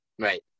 Right